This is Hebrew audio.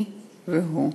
היא והוא,